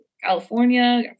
california